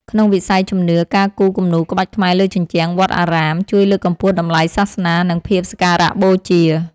ក្នុងវិស័យជំនឿ ការគូរគំនូរក្បាច់ខ្មែរលើជញ្ជាំងវត្តអារាមជួយលើកកម្ពស់តម្លៃសាសនា និងភាពសក្ការៈបូជា។